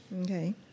Okay